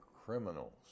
criminals